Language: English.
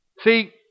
See